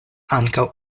ankaŭ